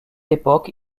époque